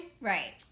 Right